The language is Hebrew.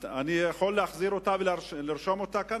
אני אוכל להחזיר אותה ולרשום אותה כאן?